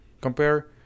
Compare